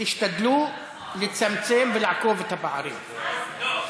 תשתדלו לצמצם את הפערים ולעקוב.